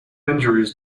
injuries